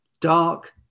dark